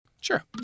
Sure